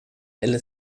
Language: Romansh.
ella